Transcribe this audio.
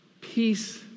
peace